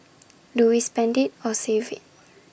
do we spend IT or save IT